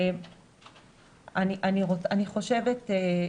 אני חושבת,